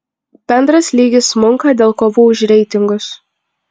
bendras lygis smunka dėl kovų už reitingus